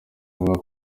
avuga